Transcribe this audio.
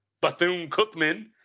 Bethune-Cookman